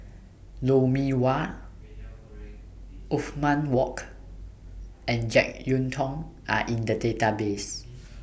Lou Mee Wah Othman Wok and Jek Yeun Thong Are in The Database